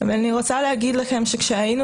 אבל אני רוצה להגיד לכם, שכשהיינו